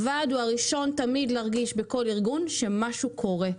הוועד הוא תמיד הראשון להרגיש בכל ארגון כשמשהו קורה,